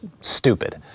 stupid